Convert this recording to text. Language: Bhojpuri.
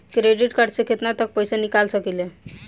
क्रेडिट कार्ड से केतना तक पइसा निकाल सकिले?